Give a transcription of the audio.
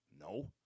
no